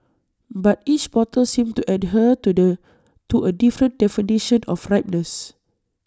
but each bottle seemed to adhere to the to A different definition of ripeness